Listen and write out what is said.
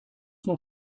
noch